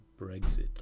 Brexit